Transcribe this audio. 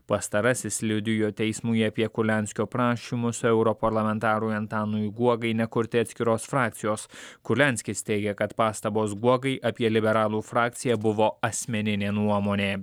pastarasis liudijo teismui apie kurlianskio prašymus europarlamentarui antanui guogai nekurti atskiros frakcijos kurlianskis teigia kad pastabos guogai apie liberalų frakciją buvo asmeninė nuomonė